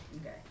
Okay